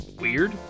Weird